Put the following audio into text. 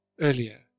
earlier